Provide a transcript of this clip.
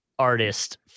artist